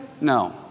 No